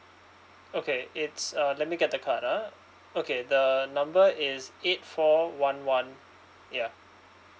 okay it's uh let me get the card ah okay the number is eight four one one ya